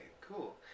Cool